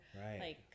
Right